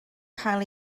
cael